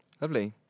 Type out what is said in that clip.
lovely